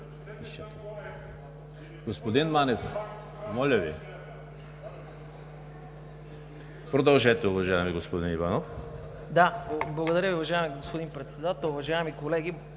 Господин Манев, моля Ви. Продължете, уважаеми господин Иванов. АЛЕКСАНДЪР ИВАНОВ: Благодаря Ви, уважаеми господин Председател. Уважаеми колеги!